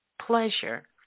pleasure